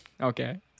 Okay